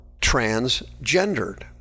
transgendered